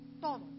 todo